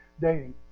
Dating